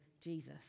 Jesus